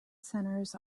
centres